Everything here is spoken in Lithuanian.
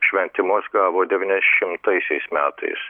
šventimus gavo devyniasdešimtaisiais metais